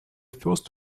first